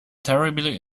terribly